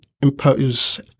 impose